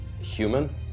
human